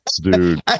dude